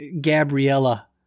Gabriella